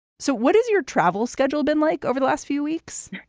so what is your travel schedule been like over the last few weeks?